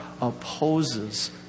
opposes